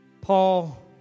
Paul